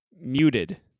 muted